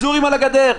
הסורים על הגדר.